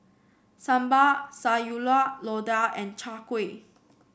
Sambal Sayur Lodeh and Chai Kuih